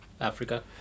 Africa